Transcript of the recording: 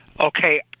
Okay